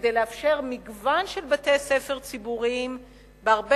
כדי לאפשר מגוון של בתי-ספר ציבוריים בהרבה